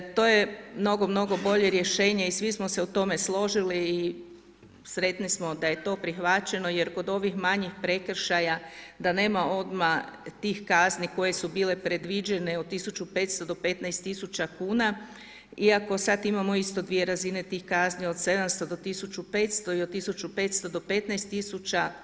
To je mnogo bolje rješenje i svi smo se u tome složili i sretni smo da je to prihvaćeno jer kod ovih manjih prekršaja da nema odmah tih kazni koje su bile predviđene od 1500 do 15 tisuća kuna iako sad imamo isto dvije razine tih kazni od 700 do 1500 i od 1500 do 15 tisuća.